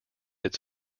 its